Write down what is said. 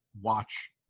watch